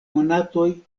monatoj